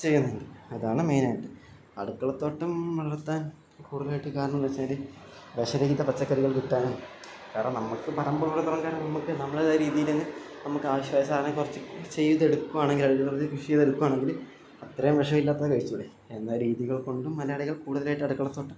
ചെയ്യുന്നുണ്ട് അതാണ് മെയിനായിട്ട് അടുക്കളത്തോട്ടം വളർത്താൻ കൂടുതലായിട്ട് കാരണം എന്താണെന്ന് വെച്ചാൽ വിഷ രഹിത പച്ചക്കറികൾ കിട്ടാനും കാരണം നമുക്ക് പറമ്പുള്ള അത്രയും കാലം നമുക്ക് നമ്മളുടേതായ രീതിയില് നമുക്കാവശ്യമായ സാധനം കുറച്ച് ചെയ്തെടുക്കുവാണെങ്കിൽ അത് കൃഷി ചെയ്തെടുക്കുവാണെങ്കില് അത്രയും വിഷം ഇല്ലാത്തത് കഴിച്ചൂടെ എന്ന രീതികൾ കൊണ്ടും മലയാളികൾ കൂടുതലായിട്ട് അടുക്കളത്തോട്ടം